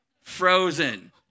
frozen